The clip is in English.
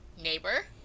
neighbor